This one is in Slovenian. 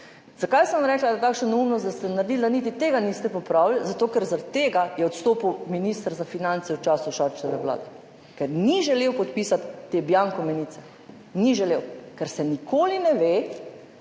Zakaj sem rekla, da ste takšno neumnost naredili, da niti tega niste popravili? Zato ker je zaradi tega odstopil minister za finance v času Šarčeve vlade – ker ni želel podpisati te bianko menice. Ni želel, ker se nikoli ne ve,